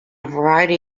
variety